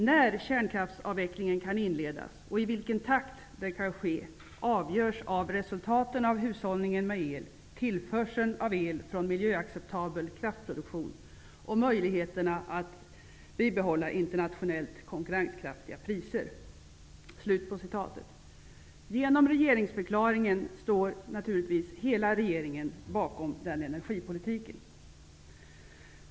När kärnkraftsavvecklingen kan inledas och i vilken takt den kan ske avgörs av resultaten av hushållningen med el, tillförseln av el från miljöacceptabel kraftproduktion och möjligheterna att bibehålla internationellt konkurrenskraftiga elpriser.'' Genom regeringsförklaringen står hela regeringen bakom den energipolitiken.